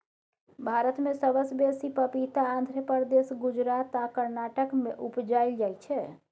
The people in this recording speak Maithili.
भारत मे सबसँ बेसी पपीता आंध्र प्रदेश, गुजरात आ कर्नाटक मे उपजाएल जाइ छै